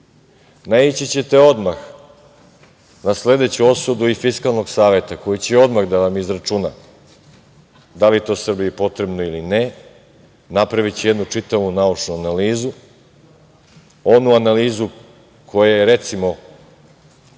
grad. Naići ćete odmah na sledeću osudu iz Fiskalnog saveta koji će odmah da vam izračuna da li je to Srbiji potrebno ili ne. Napraviće jednu čitavu naučnu analizu, onu analizu koja je, recimo,